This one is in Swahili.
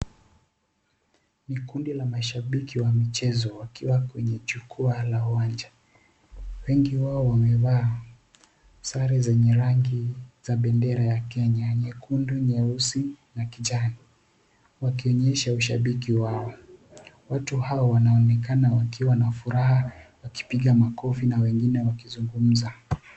Ni kundi la mashabiki wa michezo wakiwa kwenye jukwaa la uwanja. Wengi wao wamevaa sare zenye rangi za bendera ya Kenya, nyekundu, nyeusi na kijani wakionyesha ushabiki wao. Watu hao wanaonekana wakiwa na furaha wakipiga makofi na wengine wakizungumza.